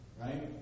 Right